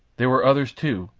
there were others, too,